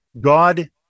God